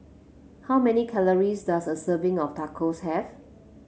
how many calories does a serving of Tacos have